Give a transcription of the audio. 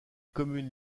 communes